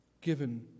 given